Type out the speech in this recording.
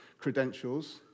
Credentials